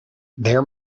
their